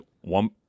one